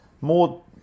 more